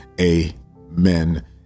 Amen